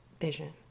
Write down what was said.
vision